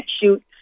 shoot